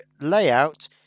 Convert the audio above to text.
layout